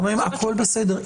חברים, הכול בסדר.